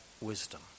wisdom